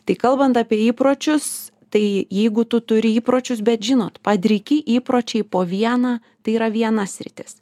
tai kalbant apie įpročius tai jeigu tu turi įpročius bet žinot padriki įpročiai po vieną tai yra viena sritis